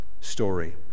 story